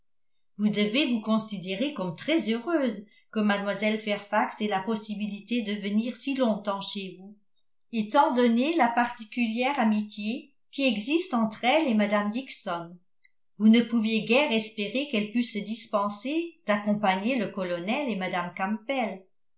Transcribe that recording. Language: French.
vous devez vous considérer comme très heureuse que mlle fairfax ait la possibilité de venir si longtemps chez vous étant donné la particulière amitié qui existe entre elle et mme dixon vous ne pouviez guère espérer qu'elle pût se dispenser d'accompagner le colonel et mme campbell